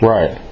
Right